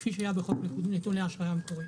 כפי שהיה בחוק נתוני אשראי המקורי.